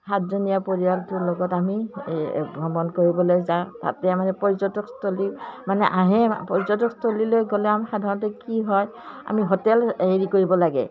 সাতজনীয়া পৰিয়ালটোৰ লগত আমি ভ্ৰমণ কৰিবলৈ যাওঁ তাতে মানে পৰ্যটকস্থলী মানে আহে পৰ্যটকস্থলীলৈ গ'লে আমাৰ সাধাৰণতে কি হয় আমি হোটেল হেৰি কৰিব লাগে